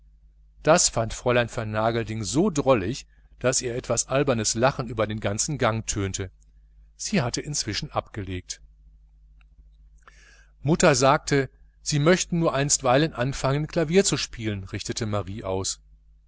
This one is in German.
das fand nun fräulein vernagelding so komisch daß ihr etwas albernes lachen über den ganzen gang tönte sie hatte inzwischen abgelegt mutter sagte sie möchten nur einstweilen anfangen klavier zu spielen richtete marie aus